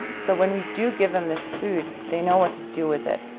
so when we do give them this food, they know what to do with it.